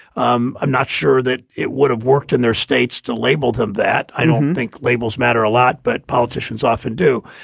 um i'm not sure that it would have worked in their states to label him that. i don't think labels matter a lot. but politicians often do.